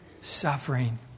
suffering